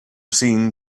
seen